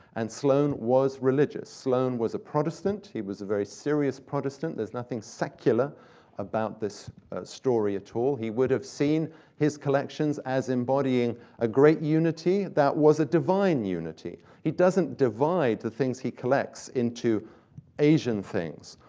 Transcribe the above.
and sloane was religious. sloane was a protestant. he was a very serious protestant. there's nothing secular about this story at all. he would have seen his collections as embodying a great unity that was a divine unity. he doesn't divide the things he collects into asian things,